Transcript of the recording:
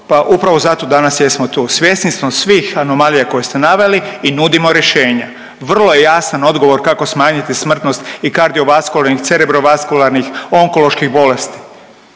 pa upravo zato danas jesmo tu, svjesni smo svih anomalija koje ste naveli i nudimo rješenja. Vrlo je jasan odgovor kako smanjiti smrtnost i kardiovaskularnih, cerebrovaskularnih, onkoloških bolesti,